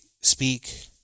speak